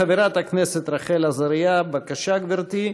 חברת כנסת רחל עזריה, בבקשה, גברתי.